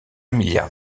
milliard